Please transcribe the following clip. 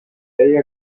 feia